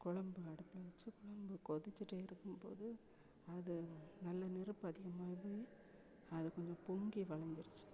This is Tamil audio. கொழம்பு அடுப்பில் வெச்சி கொழம்பு கொதிச்சுட்டே இருக்கும்போது அது நல்லா நெருப்பு அதிகமாகி அது கொஞ்சம் பொங்கி வழிஞ்சிருச்சு